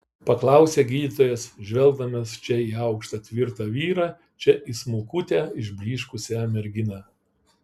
paklausė gydytojas žvelgdamas čia į aukštą tvirtą vyrą čia į smulkutę išblyškusią merginą